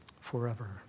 forever